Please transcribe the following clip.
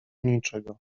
niczego